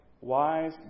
wise